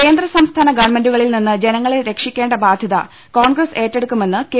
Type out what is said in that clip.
കേന്ദ്ര സംസ്ഥാന ഗവർണ്മെന്റുകളിൽ നിന്ന് ജനങ്ങളെ രക്ഷിക്കേണ്ട ബാധ്യത കോൺഗ്രസ് ഏറ്റെടുക്കുമെന്ന് കെ